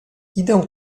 idę